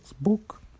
book